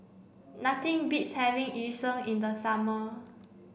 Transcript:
nothing beats having Yu Sheng in the summer